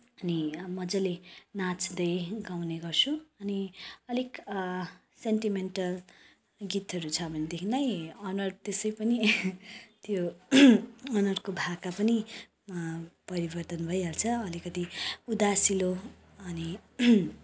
अनि मज्जाले नाच्दैँ गाउने गर्छु अनि अलिक सेन्टिमेन्टल गीतहरू छ भनेदेखि नै अनुहार त्यसै पनि त्यो अनुहारको भाका पनि परिवर्तन भइहाल्छ अलिकति उदासिलो अनि